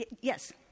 Yes